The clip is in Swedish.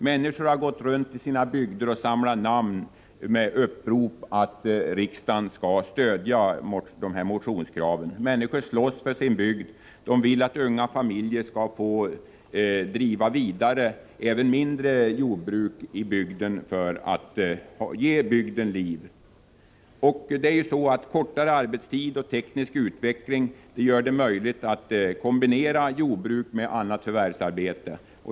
Människor har gått runt i bygderna och samlat namn till upprop om att riksdagen skall stödja motionskraven om en översyn. Människor slåss för sin bygd. Man vill att unga familjer skall få fortsätta att driva även mindre jordbruk för att ge bygden liv. Kortare arbetstid och teknisk utveckling gör det möjligt att kombinera jordbruk med annat förvärvsarbete.